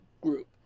group